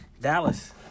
Dallas